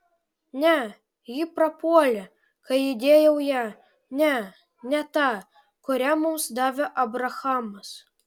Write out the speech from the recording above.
ne ji prapuolė kai įdėjau ją ne ne tą kurią mums davė abrahamas